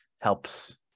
helps